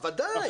ודאי.